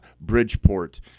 Bridgeport